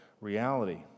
reality